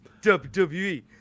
WWE